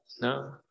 no